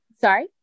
Sorry